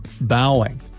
Bowing